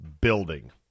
building